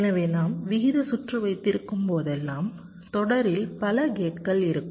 எனவே நாம் விகித சுற்று வைத்திருக்கும் போதெல்லாம் தொடரில் பல கேட்கள் இருக்கும்